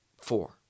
four